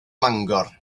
mangor